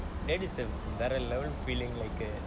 that's a another level feeling like a